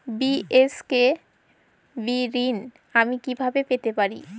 BSKB ঋণ আমি কিভাবে পেতে পারি?